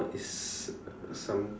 is some